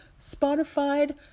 Spotify